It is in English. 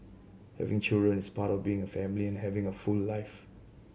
having children is part of being a family and having a full life